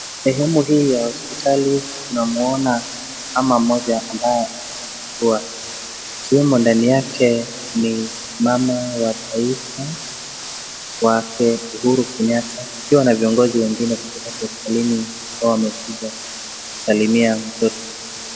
Sehemu hii ya hospitali tunamuona mama mmoja ambaye amejifungua ikiwemo ndani yake ni mama wa taifa wake Uhuru Kenyatta wakiwa na viongozi wengine kutoka serikalini ambao wamekuja kusalimia mtoto.